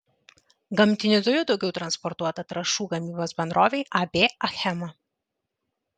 gamtinių dujų daugiau transportuota trąšų gamybos bendrovei ab achema